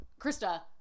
krista